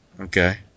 Okay